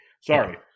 Sorry